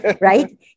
right